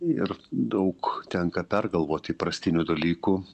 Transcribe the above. ir daug tenka pergalvot įprastinių dalykų